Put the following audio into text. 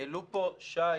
שי